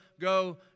go